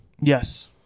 Yes